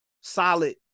solid